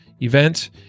event